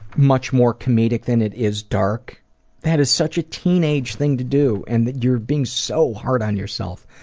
much more comedic than it is dark that is such a teenage thing to do and you're being so hard on yourself.